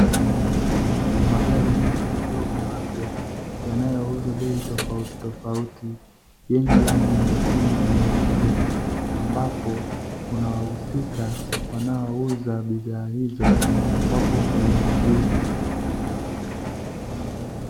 Magari mengi madogo mapya yanayouzwa bei tofautitofauti, yenye rangi nyekundu na nyeupe, ambapo kuna wahusika wanaouza bidhaa hizo wapo kwenye ofisi.